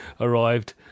arrived